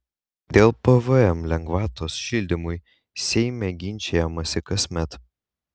dėl pvm lengvatos šildymui seime ginčijamasi kasmet